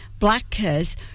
blackers